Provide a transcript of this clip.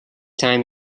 time